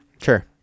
Sure